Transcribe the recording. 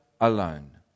alone